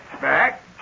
back